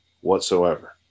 whatsoever